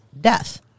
death